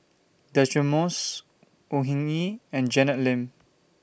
Deirdre Moss Au Hing Yee and Janet Lim